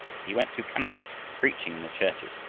he went through canada preaching in the churches,